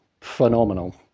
Phenomenal